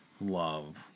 love